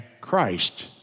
Christ